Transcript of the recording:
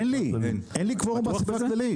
אין לי, אין לי קוורום באספה הכללית.